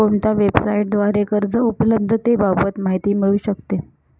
कोणत्या वेबसाईटद्वारे कर्ज उपलब्धतेबाबत माहिती मिळू शकते?